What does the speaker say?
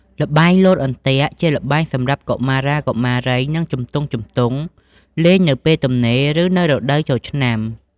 ល្បែងលោតអន្ទាក់ ជាល្បែងសម្រាប់កុមារាកុមារីនិងជំទង់ៗលេងនៅពេលទំនេរ ឬនៅរដូវចូលឆ្នាំ។